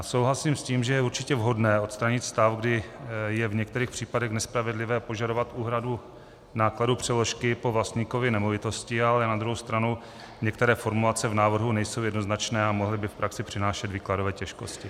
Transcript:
Souhlasím s tím, že je určitě vhodné odstranit stav, kdy je v některých případech nespravedlivé požadovat úhradu nákladů přeložky po vlastníkovi nemovitosti, ale na druhou stranu některé formulace v návrhu nejsou jednoznačné a mohly by v praxi přinášet výkladové těžkosti.